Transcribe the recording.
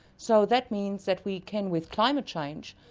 so that means that we can, with climate change,